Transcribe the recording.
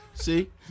See